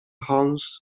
holmes